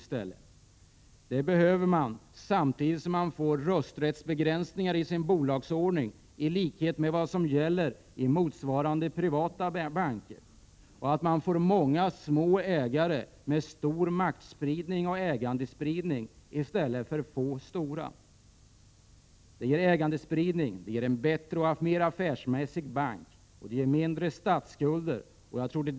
Samtidigt är det nödvändigt att införa rösträttsbegränsningar i PKbankens bolagsordning, i likhet med vad som gäller i motsvarande privata banker. Det krävs också att banken får många små ägare i stället för få stora ägare. Det skulle ge en spridning av makt och ägande, en bättre och mer affärsmässig bank och mindre statsskulder.